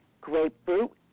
grapefruit